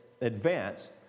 advance